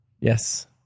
Yes